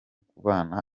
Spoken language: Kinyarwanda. kubana